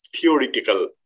theoretical